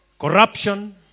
corruption